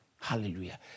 Hallelujah